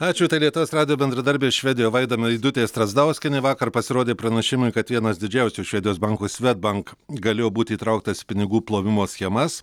ačiū tai lietuvos radijo bendradarbė švedijoje vaida meidutė strazdauskienė vakar pasirodė pranešimai kad vienas didžiausių švedijos bankų svedbank galėjo būti įtrauktas į pinigų plovimo schemas